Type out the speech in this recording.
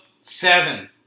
seven